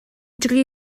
dri